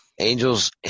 Angels